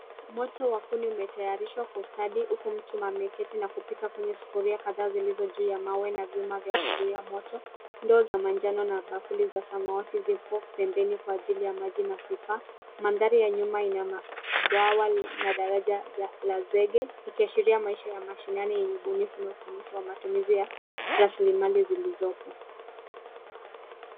Moto wa kuni umetayarishwa kwa ustadi huku mtu ameketi na kupika kwenye sufuria kadhaa zilizo juu ya mawe na vyuma vya kuzuia moto. Ndoo za manjano na bakuli za samawati zipo pembeni kwa ajili ya maji na vifaa. Mandhari ya nyuma ina bwawa na daraja la zege ikiashiria maisha ya mashinani yenye ubunifu na ufanisi wa matumizi ya rasilimali zilizopo.